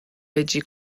هجی